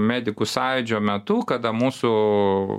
medikų sąjūdžio metu kada mūsų